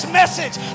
message